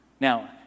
now